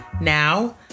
Now